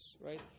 right